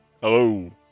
Hello